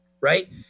right